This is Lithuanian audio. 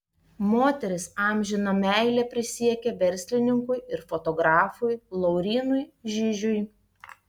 moteris amžiną meilę prisiekė verslininkui ir fotografui laurynui žižiui